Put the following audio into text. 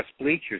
bleachers